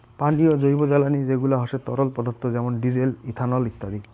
পানীয় জৈবজ্বালানী যেগুলা হসে তরল পদার্থ যেমন ডিজেল, ইথানল ইত্যাদি